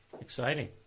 exciting